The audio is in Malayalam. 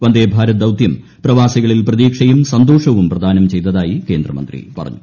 വന്ദേ ഭാരത് ദൌത്യം പ്രവ്യാസികളിൽ പ്രതീക്ഷയും സന്തോഷവും പ്രദാനം ചെയ്തതായി ്ക്യേന്ദ്മന്ത്രി പറഞ്ഞു